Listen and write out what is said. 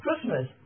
Christmas